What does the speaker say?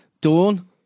Dawn